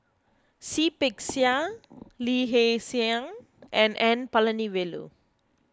Seah Peck Seah Lee Hee Seng and N Palanivelu